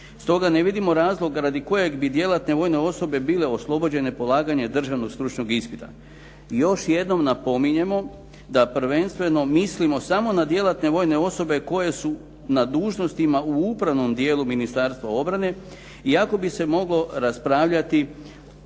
Stoga ne vidimo razloga radi kojeg bi djelatne vojne osobe bile oslobođenje polaganja državnog stručnog ispita. Još jednom napominjemo da prvenstveno mislimo samo na djelatne vojne osobe koje su na dužnosti u upravnom dijelu Ministarstva obrane iako bi se moglo raspravljati